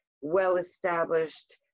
well-established